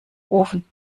ofen